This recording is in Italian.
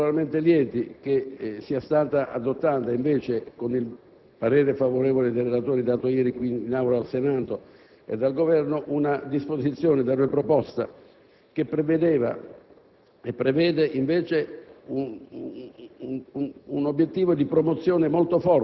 Da questo punto di vista, siamo particolarmente lieti che sia stata adottata, con il parere favorevole del relatore espresso ieri qui in Aula al Senato e dal Governo, una disposizione della proposta che prevedeva e prevede